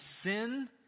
sin